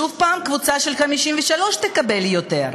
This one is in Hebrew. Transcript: שוב הקבוצה של 1953 תקבל יותר.